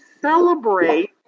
celebrate